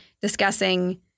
discussing